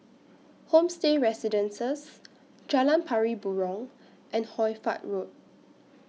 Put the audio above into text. Homestay Residences Jalan Pari Burong and Hoy Fatt Road